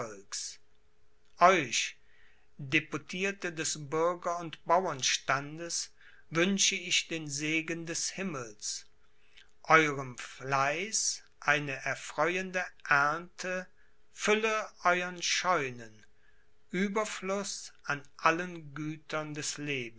euch deputirte des bürger und bauernstandes wünsche ich den segen des himmels euerm fleiß eine erfreuende ernte fülle euern scheunen ueberfluß an allen gütern des